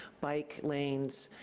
bike lanes,